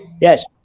Yes